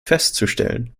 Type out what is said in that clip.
festzustellen